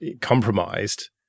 compromised